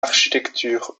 architecture